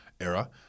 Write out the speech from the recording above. era